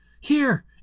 Here